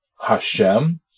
Hashem